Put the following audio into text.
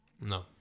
No